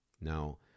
Now